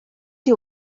you